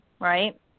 right